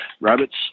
Rabbits